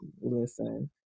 Listen